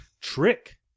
Trick